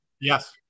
Yes